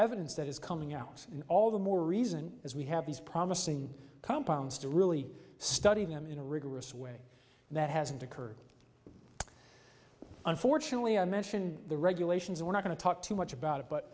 evidence that is coming out all the more reason as we have these promising compounds to really study them in a rigorous way and that hasn't occurred unfortunately i mention the regulations are not going to talk too much about it but